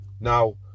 Now